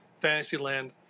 Fantasyland